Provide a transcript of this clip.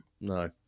No